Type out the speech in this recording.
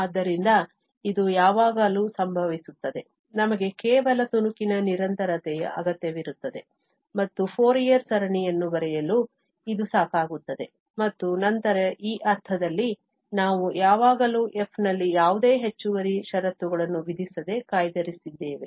ಆದ್ದರಿಂದ ಇದು ಯಾವಾಗಲೂ ಸಂಭವಿಸುತ್ತದೆ ನಮಗೆ ಕೇವಲ ತುಣುಕಿನ ನಿರಂತರತೆಯ ಅಗತ್ಯವಿರುತ್ತದೆ ಮತ್ತು ಫೋರಿಯರ್ ಸರಣಿಯನ್ನು ಬರೆಯಲು ಇದು ಸಾಕಾಗುತ್ತದೆ ಮತ್ತು ನಂತರ ಈ ಅರ್ಥದಲ್ಲಿ ನಾವು ಯಾವಾಗಲೂ f ನಲ್ಲಿ ಯಾವುದೇ ಹೆಚ್ಚುವರಿ ಷರತ್ತುಗಳನ್ನು ವಿಧಿಸದೆ ಕಾಯ್ದಿರಿಸಿದ್ದೇವೆ